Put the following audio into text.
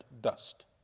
dust